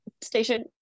station